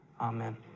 amen